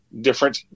different